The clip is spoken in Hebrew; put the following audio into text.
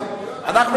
7 הצבעתי.